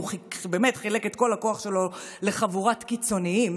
באמת חילק את כל הכוח שלו לחבורת קיצוניים,